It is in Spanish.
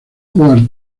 jugar